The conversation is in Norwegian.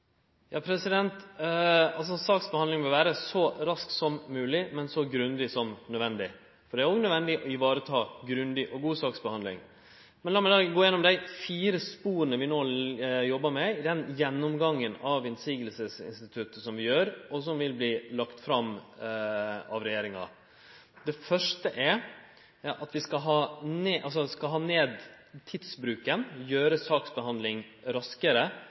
grundig som nødvendig – det er òg nødvendig å vareta grundig og god saksbehandling. Lat meg gå igjennom dei fire spora vi jobbar med i den gjennomgangen av motsegninstituttet som vil verte lagd fram av regjeringa. Det første er at vi skal ha ned tidsbruken, gjere saksbehandlinga raskare ute der 99 pst. av sakene vert avgjorde. Det andre er at vi skal